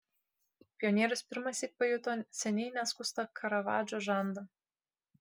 pionierius pirmąsyk pajuto seniai neskustą karavadžo žandą